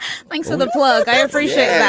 thanks for the plug. i appreciate yeah